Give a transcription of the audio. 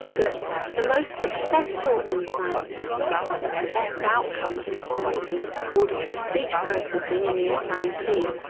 that the most successful implants, that is the best outcome in terms of auditory speech processing in the implantee,